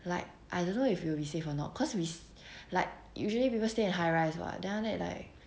like I don't know if you will be safe or not cause we like usually people stay in high rise [what] then after that like